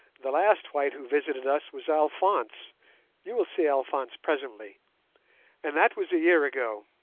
the last white who visited us was alphonse you will see alphonse presently and that was a year ago